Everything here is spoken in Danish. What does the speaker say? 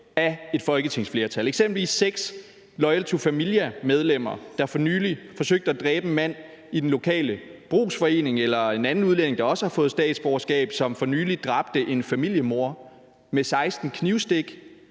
af et folketingsflertal. Det er eksempelvis seks Loyal To Familia-medlemmer, der for nylig forsøgte at dræbe en mand i den lokale brugsforening, eller en anden udlænding, der også har fået statsborgerskab, som for nylig dræbte en familiemor med 16 knivstik,